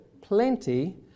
plenty